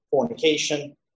fornication